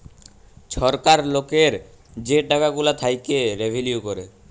ছরকার লকের যে টাকা গুলা থ্যাইকে রেভিলিউ কাটে